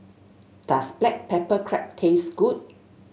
does Black Pepper Crab taste good